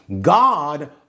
God